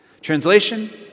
Translation